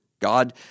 God